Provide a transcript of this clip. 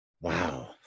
wow